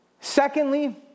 Secondly